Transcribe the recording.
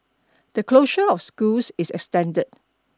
the closure of schools is extended